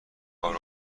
کار